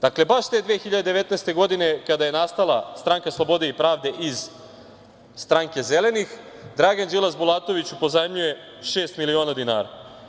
Dakle, baš te 2019. godine, kada je nastala stranka Slobode i pravde iz stranke Zelenih, Dragan Đilas, Bulatoviću pozajmljuje šest miliona dinara.